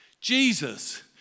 Jesus